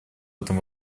этом